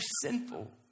sinful